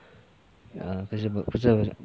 err 不是不是